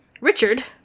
Richard